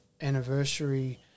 anniversary